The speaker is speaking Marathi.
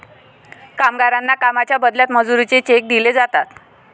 कामगारांना कामाच्या बदल्यात मजुरीचे चेक दिले जातात